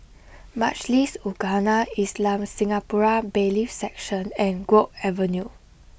Majlis Ugama Islam Singapura Bailiffs' Section and Guok Avenue